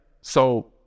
So-